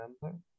remember